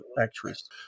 actress